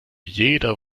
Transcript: jeder